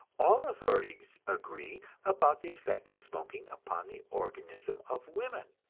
all authorities agree about the effect of smoking upon the organism of women.